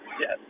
Yes